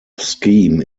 scheme